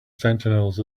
sentinels